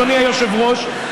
אדוני היושב-ראש.